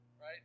Right